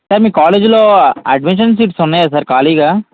మీ కాలేజీలో admission seats ఉన్నాయా sir ఖాళీగా